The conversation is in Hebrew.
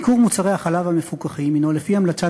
ייקור מוצרי החלב המפוקחים הוא לפי המלצת